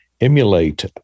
emulate